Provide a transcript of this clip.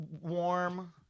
warm